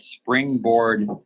Springboard